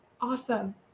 Awesome